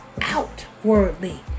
outwardly